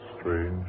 strange